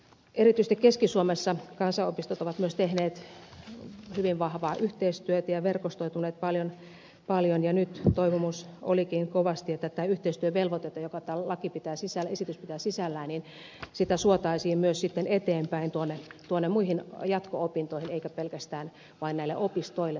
erityisesti keski suomessa kansanopistot ovat myös tehneet hyvin vahvaa yhteistyötä ja verkostoituneet paljon ja nyt toivomus olikin kovasti että tätä yhteistyövelvoitetta jonka tämä esitys pitää sisällään suotaisiin myös sitten eteenpäin tuonne muihin jatko opintoihin eikä pelkästään vain näille opistoille